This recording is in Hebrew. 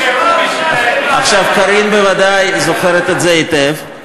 עכשיו, קארין בוודאי זוכרת את זה היטב,